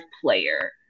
player